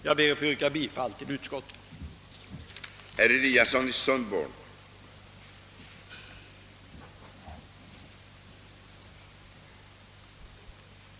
Jag ber att få yrka bifall till utskottets hemställan.